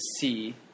see